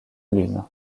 lune